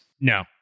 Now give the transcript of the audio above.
No